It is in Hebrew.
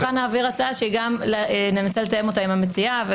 ברשותך, נעביר הצעה שננסה לתאם אותה עם המציעה.